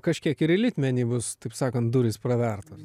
kažkiek ir į litmenį bus taip sakant durys pravertos